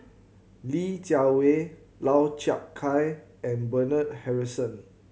Li Jiawei Lau Chiap Khai and Bernard Harrison